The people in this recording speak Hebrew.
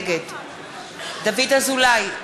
נגד דוד אזולאי,